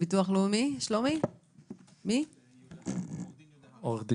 ביטוח לאומי, מי ידבר?